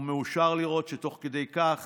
ומאושר לראות שתוך כדי כך